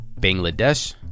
Bangladesh